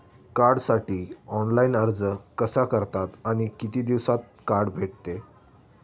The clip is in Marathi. कार्डसाठी ऑनलाइन अर्ज कसा करतात आणि किती दिवसांत कार्ड भेटते?